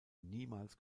niemals